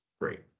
great